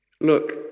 look